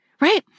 right